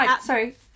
sorry